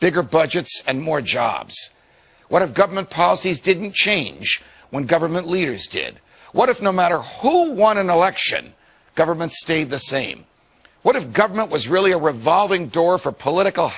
bigger budgets and more jobs what have government policies didn't change when government leaders did what if no matter who won an election government stayed the same what if government was really a revolving door for political